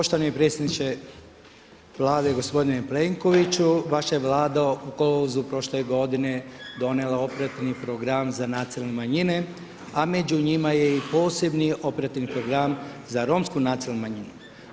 Poštovani predsjedniče Vlade, gospodine Plenkoviću, vaša je Vlada u kolovozu prošle godine donijela operativni program za nacionalne manjine, a među njima je i posebni operativni program za romsku nacionalnu manjinu.